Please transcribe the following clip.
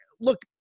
Look